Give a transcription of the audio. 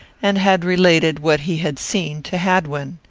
and had related what he had seen to hadwin.